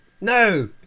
No